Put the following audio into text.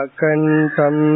Akantam